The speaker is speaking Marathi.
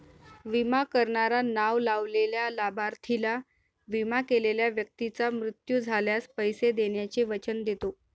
विमा करणारा नाव लावलेल्या लाभार्थीला, विमा केलेल्या व्यक्तीचा मृत्यू झाल्यास, पैसे देण्याचे वचन देतो